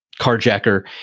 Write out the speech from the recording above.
carjacker